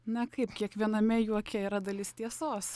na kaip kiekviename juoke yra dalis tiesos